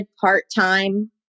part-time